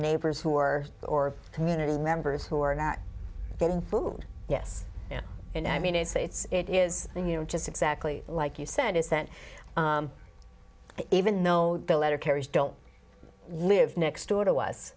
neighbors who are or community members who are not getting food yes and i mean it's a it's it is you know just exactly like you said is that even though the letter carries don't live next door to us